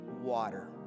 water